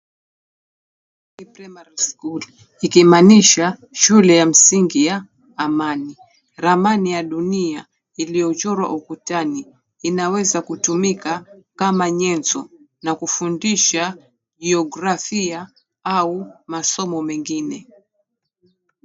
AMANI PRIMARY SCHOOL ikimaanisha shule ya msingi ya Amani. Ramani ya dunia iliochorwa ukutani inaweza kutumika kama nyenzo na kufundisha jiographia au masomo mengine.